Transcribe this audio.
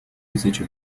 тысячи